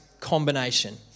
combination